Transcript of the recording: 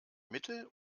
mittel